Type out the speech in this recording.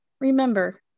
remember